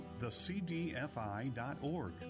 thecdfi.org